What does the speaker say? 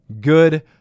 Good